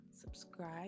subscribe